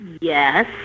Yes